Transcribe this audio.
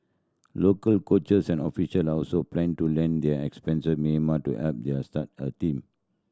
local coaches and official are also plan to lend their to Myanmar to help them start a team